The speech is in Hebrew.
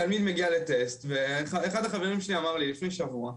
תלמיד מגיע לטסט ואחד החברים שלי אמרת לי לפני שבוע,